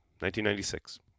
1996